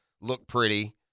look-pretty